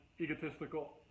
egotistical